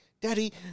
Daddy